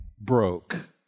broke